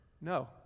No